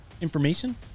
information